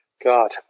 God